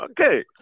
Okay